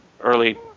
Early